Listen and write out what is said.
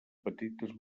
petites